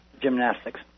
gymnastics